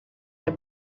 the